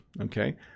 okay